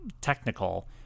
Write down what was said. technical